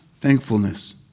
thankfulness